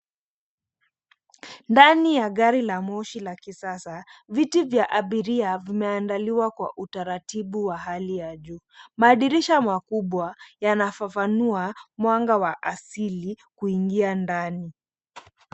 Ndani ya gari la moshi la kisasa, viti vya abiria vimeandaliwa kwa utaritibu wa hali ya juu. Madirisha makubwa yanafafanua mwanga wa asili kuingia ndani.